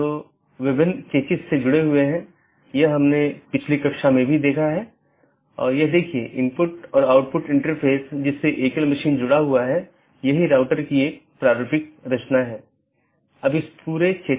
और जब यह विज्ञापन के लिए होता है तो यह अपडेट संदेश प्रारूप या अपडेट संदेश प्रोटोकॉल BGP में उपयोग किया जाता है हम उस पर आएँगे कि अपडेट क्या है